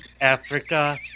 Africa